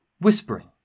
whispering